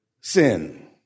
sin